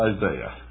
Isaiah